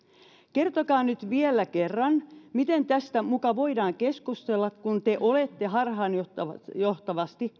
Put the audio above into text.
kertokaa nyt vielä kerran miten tästä muka voidaan keskustella kun te olette harhaanjohtavasti